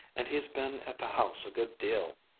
and he's been at the house a good deal.